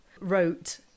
wrote